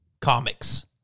Comics